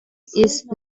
ist